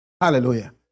Hallelujah